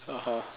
(uh huh)